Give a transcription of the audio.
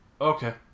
Okay